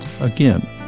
again